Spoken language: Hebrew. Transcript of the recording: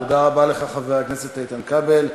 תודה רבה לך, חבר הכנסת איתן כבל.